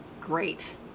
great